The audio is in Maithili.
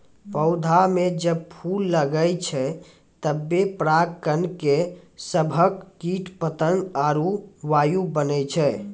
पौधा म जब फूल लगै छै तबे पराग कण के सभक कीट पतंग आरु वायु बनै छै